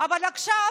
אבל עכשיו